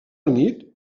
nit